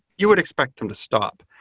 you would expect him to stop.